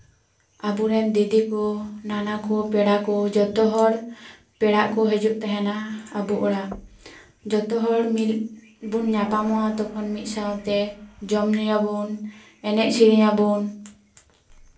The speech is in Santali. ᱟᱵᱚ ᱨᱮᱱ ᱫᱤᱫᱤ ᱠᱚ ᱱᱟᱱᱟ ᱠᱚ ᱯᱮᱲᱟ ᱠᱚ ᱡᱚᱛᱚ ᱦᱚᱲ ᱯᱮᱲᱟᱜ ᱠᱚ ᱦᱤᱡᱩᱜ ᱛᱟᱦᱮᱱᱟ ᱟᱵᱚ ᱚᱲᱟᱜ ᱡᱚᱛᱚ ᱢᱤᱫ ᱵᱚᱱ ᱧᱟᱯᱟᱢᱚᱜᱼᱟ ᱟᱨ ᱛᱚᱠᱷᱚᱱ ᱢᱤᱫ ᱥᱟᱶᱛᱮ ᱡᱚᱢ ᱧᱩᱭᱟᱵᱚᱱ ᱮᱱᱮᱡ ᱥᱮᱹᱨᱮᱹᱧ ᱟᱵᱚᱱ